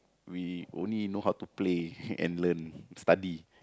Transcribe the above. we only know how to play and learn and study